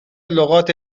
لغات